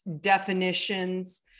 definitions